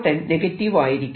n negative ആയിരിക്കും